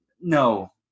no